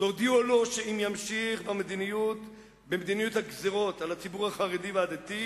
תודיעו לו שאם ימשיך במדיניות הגזירות על הציבור החרדי והדתי,